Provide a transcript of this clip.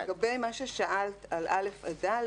לגבי מה ששאלת על א' ד'